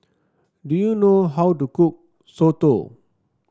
do you know how to cook Soto